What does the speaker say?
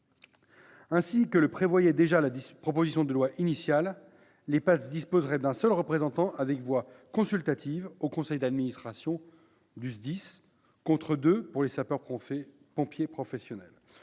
Ainsi que le prévoyait déjà la proposition de loi initiale, les PATS disposeraient d'un seul représentant avec voix consultative au conseil d'administration du SDIS, contre deux pour les sapeurs-pompiers professionnels.